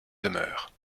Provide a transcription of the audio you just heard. demeures